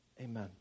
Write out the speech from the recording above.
amen